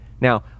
Now